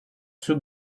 sous